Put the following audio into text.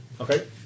Okay